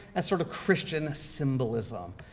a sort of christian symbolism,